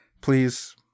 please